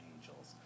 angels